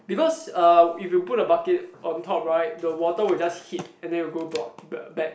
because uh if you put the bucket on top right the water will just hit and then will go bot uh back